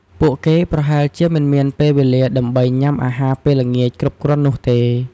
ពួកគេប្រហែលជាមិនមានពេលវេលាដើម្បីញ៉ាំអាហារពេលល្ងាចគ្រប់គ្រាន់នោះទេ។